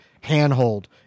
handhold